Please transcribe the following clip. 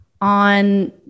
on